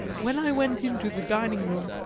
when i went into the dining-room,